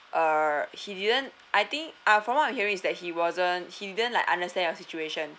err he didn't I think ah from what I'm hearing is that he wasn't he didn't like understand your situation